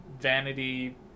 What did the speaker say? vanity